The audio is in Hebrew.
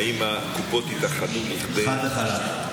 האם הקופות התאחדו לכדי חד וחלק.